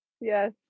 yes